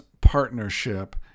partnership